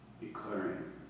declaring